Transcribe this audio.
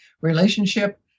relationship